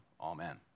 Amen